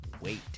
wait